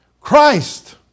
Christ